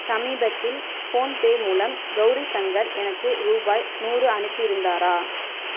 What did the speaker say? சமீபத்தில் ஃபோன்பே மூலம் கௌரி சங்கர் எனக்கு ரூபாய் நூறு அனுப்பியிருந்தாரா